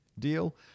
deal